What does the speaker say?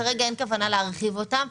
כרגע אין כוונה להרחיב אותם.